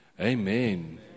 Amen